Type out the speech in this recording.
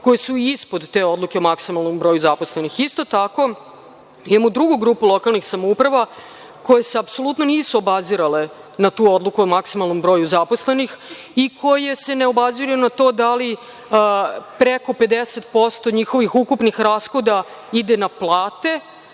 koje su ispod te odluke o maksimalnom broju zaposlenih. Isto tako, imamo drugu grupu lokalnih samouprava koje se apsolutno nisu obazirale na tu Odluku o maksimalnom broju zaposlenih i koje se ne obaziru na to da li preko 50% njihovih ukupnih rashoda ide na plate